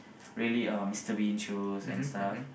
really uh Mister-Bean shows and stuff